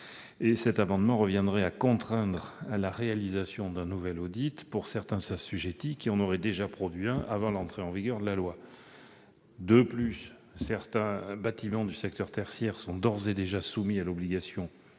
de ces amendements forcerait à réaliser un nouvel audit certains assujettis qui en auront déjà produit un avant l'entrée en vigueur de la loi. De plus, certains bâtiments du secteur tertiaire sont d'ores et déjà soumis à l'obligation